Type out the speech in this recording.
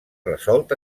resolt